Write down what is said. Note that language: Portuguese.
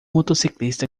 motociclista